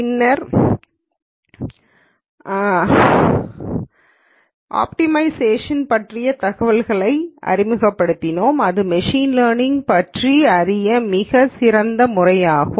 பின்னர் அடிமை ஸ்டேஷன் பற்றிய தகவல்களை அறிமுகப்படுத்தினோம் அது மெஷின் லேர்னிங்கை பற்றி அறிய மிகச் சிறந்த முறையாகும்